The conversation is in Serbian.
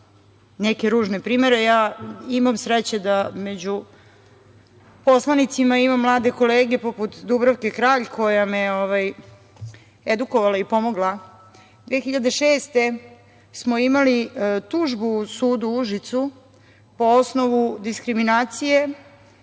neke ružne primere. Ja imam sreće da među poslanicima imam mlade kolege poput Dubravke Kralj koja me je edukovala i pomogla, 2006. godine smo imali tužbu sudu u Užicu po osnovu diskriminacije,